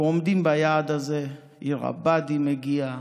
אנחנו עומדים ביעד הזה: עיר הבה"דים הגיעה,